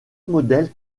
modèle